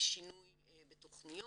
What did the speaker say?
לשינוי בתכניות,